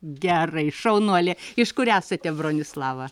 gerai šaunuolė iš kur esate bronislava